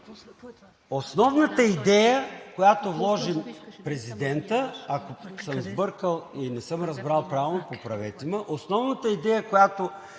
Основната идея, която вложи президентът, ако съм сбъркал и не съм разбрал правилно, поправете ме, основната идея, която